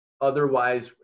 otherwise